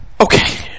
Okay